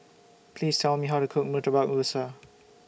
Please Tell Me How to Cook Murtabak Rusa